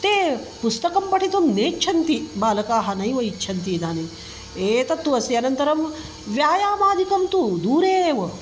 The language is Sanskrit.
ते पुस्तकं पठितुं नेच्छन्ति बालकाः नैव इच्छन्ति इदानीम् एतत्तु अस्ति अनन्तरं व्यायामादिकं तु दूरे एव